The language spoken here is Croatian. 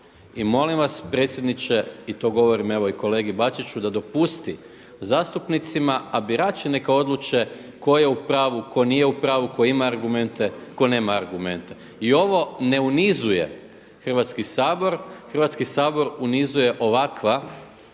I molim vas predsjedniče i to govorim evo i kolegi Bačiću da dopusti zastupnicima, a birači neka odluče tko je u pravu, tko nije u pravu, tko ima argumente, tko nema argumente. I ovo ne unizuje Hrvatski sabor, unizuje ovakva